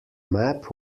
map